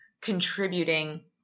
contributing